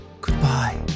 Goodbye